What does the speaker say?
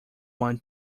want